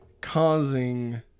causing